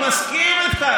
אני מסכים איתך,